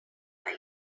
had